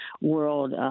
world